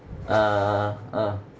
uh ah